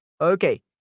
Okay